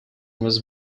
was